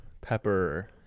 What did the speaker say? pepper